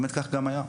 באמת כך גם היה,